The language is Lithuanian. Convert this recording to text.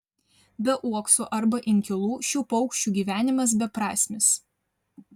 be uoksų arba inkilų šių paukščių gyvenimas beprasmis